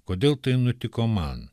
kodėl tai nutiko man